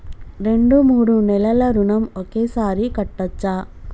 రెండు మూడు నెలల ఋణం ఒకేసారి కట్టచ్చా?